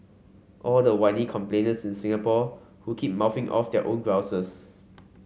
all the whiny complainers in Singapore who keep mouthing off their own grouses